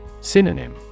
Synonym